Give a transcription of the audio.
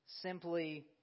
simply